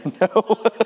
No